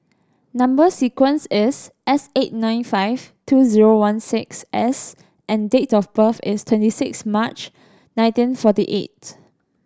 number sequence is S eight nine five two zero one six S and date of birth is twenty six March nineteen forty eight